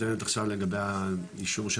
א' אני חושב שהבשורה שאת נותנת עכשיו לגבי האישור של